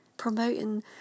Promoting